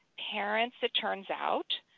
parents, it turns out,